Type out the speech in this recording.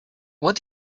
what